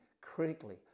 critically